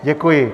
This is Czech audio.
Děkuji.